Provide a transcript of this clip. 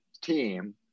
team